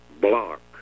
block